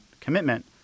commitment